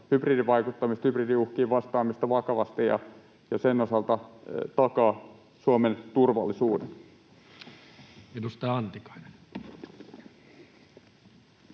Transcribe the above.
hybridivaikuttamiseen, hybridiuhkiin vastaamista vakavasti ja sen osalta takaa Suomen turvallisuutta.